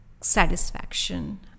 satisfaction